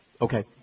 Okay